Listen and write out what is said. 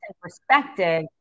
perspective